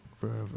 forever